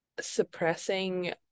suppressing